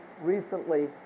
recently